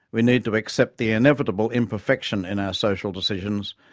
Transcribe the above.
we need to accept the inevitable imperfection in our social decisions,